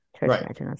right